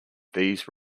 these